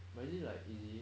but is it like easy